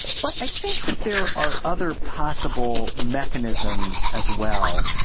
but i think that there are other possible mechanisms as well.